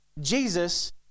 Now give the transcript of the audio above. jesus